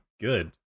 good